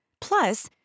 Plus